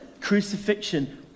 crucifixion